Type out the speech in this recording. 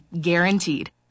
guaranteed